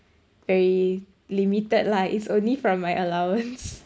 very limited lah it's only from my allowance